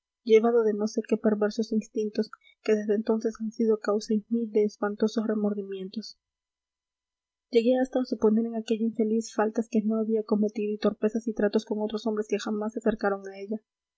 llevado de no sé qué perversos instintos que desde entonces han sido causa en mí de espantosos remordimientos llegué hasta a suponer en aquella infeliz faltas que no había cometido y torpezas y tratos con otros hombres que jamás se acercaron a ella